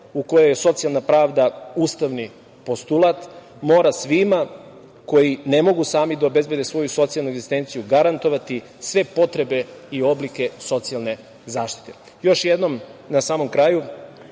u kojoj je socijalna pravda ustavni postulat mora svima koji ne mogu sami da obezbede svoju socijalnu egzistenciju garantovati sve potrebe i oblike socijalne zaštite. Još jednom, na samom kraju,